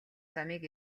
замыг